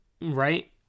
right